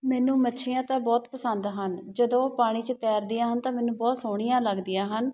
ਮੈਨੂੰ ਮੱਛੀਆਂ ਤਾਂ ਬਹੁਤ ਪਸੰਦ ਹਨ ਜਦੋਂ ਉਹ ਪਾਣੀ 'ਚ ਤੈਰਦੀਆਂ ਹਨ ਤਾਂ ਮੈਨੂੰ ਬਹੁਤ ਸੋਹਣੀਆਂ ਲੱਗਦੀਆਂ ਹਨ